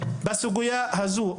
זה רק הדיון הראשון בסוגייה הזו.